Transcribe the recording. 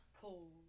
cool